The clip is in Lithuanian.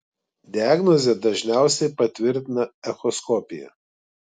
diagnozę dažniausiai patvirtina echoskopija